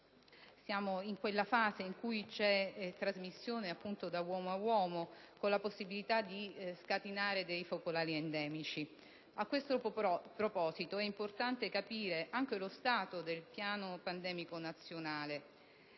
siamo in quella fase in cui c'è trasmissione da uomo a uomo, con la possibilità di scatenare focolai endemici. A tale proposito, è importante capire anche lo stato del Piano pandemico nazionale: